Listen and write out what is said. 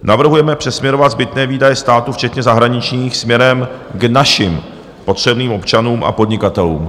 Navrhujeme přesměrovat zbytné výdaje státu včetně zahraničních směrem k našim potřebným občanům a podnikatelům.